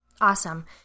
Awesome